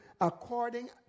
According